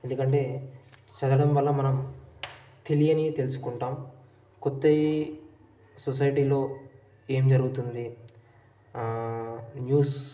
ఎందుకంటే చదవడం వల్ల మనం తెలియనివి తెలుసుకుంటాం కొత్తవి సొసైటీలో ఏమి జరుగుతుంది న్యూస్